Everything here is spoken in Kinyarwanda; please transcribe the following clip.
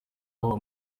babo